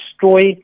destroy